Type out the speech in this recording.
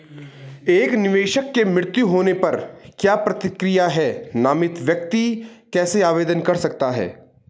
एक निवेशक के मृत्यु होने पर क्या प्रक्रिया है नामित व्यक्ति कैसे आवेदन कर सकता है?